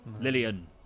Lillian